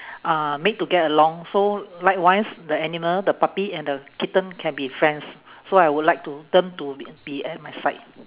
uh made to get along so likewise the animal the puppy and the kitten can be friends so I would like to them to be be at my side